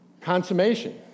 Consummation